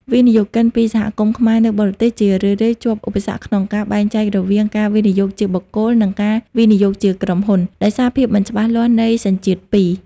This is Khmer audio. វិនិយោគិនពី សហគមន៍ខ្មែរនៅបរទេស ជារឿយៗជួបឧបសគ្គក្នុងការបែងចែករវាង "ការវិនិយោគជាបុគ្គល" និង "ការវិនិយោគជាក្រុមហ៊ុន" ដោយសារភាពមិនច្បាស់លាស់នៃសញ្ជាតិពីរ។